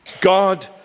God